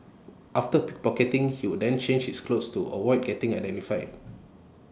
after pickpocketing he would then change his clothes to avoid getting identified